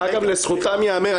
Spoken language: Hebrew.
לזכותם ייאמר,